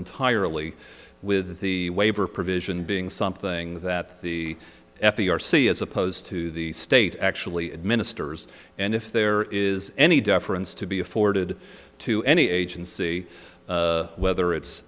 entirely with the waiver provision being something that the f d r see as opposed to the state actually administers and if there is any deference to be afforded to any agency whether it's